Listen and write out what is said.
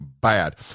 bad